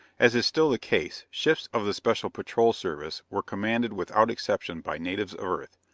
as is still the case, ships of the special patrol service were commanded without exception by natives of earth,